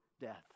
death